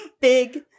big